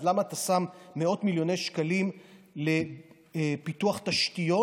למה אתה שם מאות מיליוני שקלים לפיתוח תשתיות?